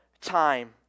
time